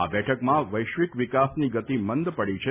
આ બેઠકમાં વૈશ્વિક વિકાસની ગતિ મંદ પડી છે